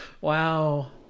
Wow